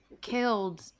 killed